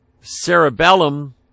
Cerebellum